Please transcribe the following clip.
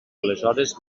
aleshores